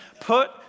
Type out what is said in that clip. Put